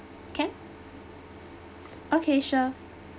can okay sure